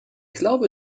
glaube